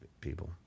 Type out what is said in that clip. people